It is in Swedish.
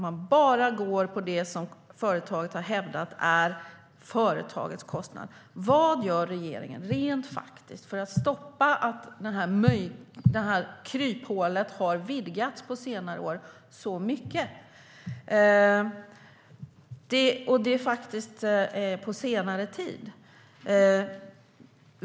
Man går bara på det som företaget har hävdat är företagets kostnader. Vad gör regeringen rent faktiskt för att sätta stopp för detta kryphål som har vidgats så mycket på senare år och faktiskt på senare tid?